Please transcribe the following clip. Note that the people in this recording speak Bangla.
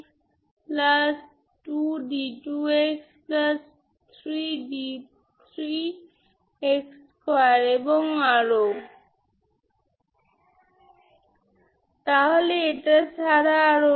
একটি হল লেজেন্ড্রে ইকুয়েশন অন্যটি হল বেসেল ইকুয়েশন সেটাই আমরা এখানে অধ্যয়ন করবো